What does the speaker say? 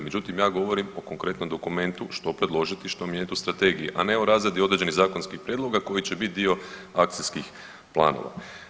Međutim, ja govorim o konkretnom dokumentu što predložiti, što mijenjat u strategiji, a ne o razradi određenih zakonskim prijedloga koji će bit dio akcijskih planova.